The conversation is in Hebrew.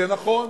זה נכון.